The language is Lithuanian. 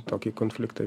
tokį konfliktą